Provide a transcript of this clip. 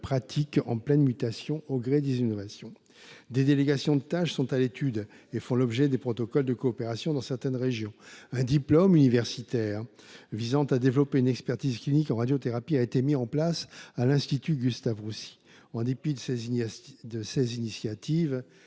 pratiques en pleine mutation, au gré des innovations. Des délégations de tâches sont à l’étude et font l’objet de protocoles de coopération dans certaines régions. Un diplôme universitaire visant à développer une expertise clinique en radiothérapie a été mis en place à l’Institut Gustave Roussy. En dépit de ces initiatives,